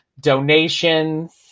donations